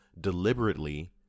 deliberately